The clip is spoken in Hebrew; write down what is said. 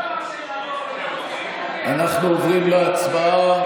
אנחנו עוברים להצבעה.